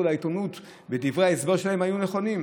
לעיתונות בדברי ההסבר שלהם היה נכון.